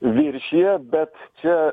viršija bet čia